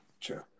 True